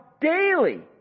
daily